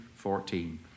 14